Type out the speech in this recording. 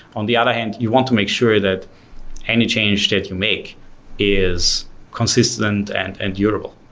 on the other hand, you want to make sure that any change that you make is consistent and and durable.